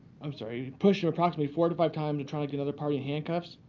i'm sorry pushed approximately four to five times to try like another party in handcuffs.